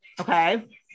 okay